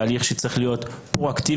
תהליך שצריך להיות פרואקטיבי,